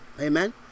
Amen